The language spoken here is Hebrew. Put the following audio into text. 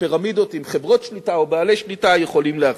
שפירמידות עם חברות שליטה או בעלי שליטה יכולים להחזיק.